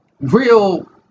real